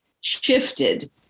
shifted